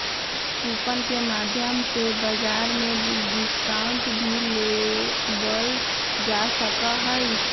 coupon के माध्यम से बाजार में डिस्काउंट भी लेबल जा सका हई